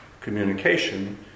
communication